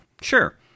Sure